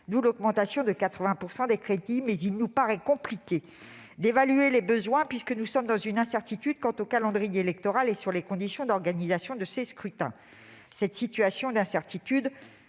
d'où l'augmentation de 80 % des crédits. Mais il nous paraît compliqué d'évaluer les besoins, puisque nous sommes dans l'incertitude quant au calendrier électoral et aux conditions d'organisation de ces scrutins. Cette incertitude